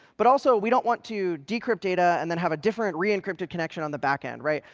but also, we don't want to decrypt data and then have a different re-encrypted connection on the back end, right?